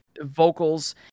Vocals